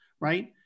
right